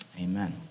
Amen